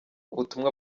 ubutumwa